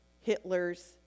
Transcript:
Hitler's